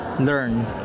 learn